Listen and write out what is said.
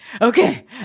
okay